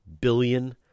billion